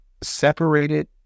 separated